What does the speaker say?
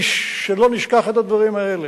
שלא נשכח את הדברים האלה.